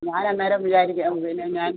ഞാൻ അന്നേരം വിചാരിക്കും പിന്നെ ഞാൻ